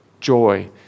joy